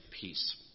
peace